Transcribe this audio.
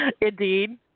Indeed